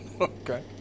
okay